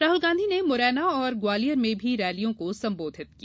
राहुल गांधी ने मुरैना और ग्वालियर में भी रैलियों को संबोधित किया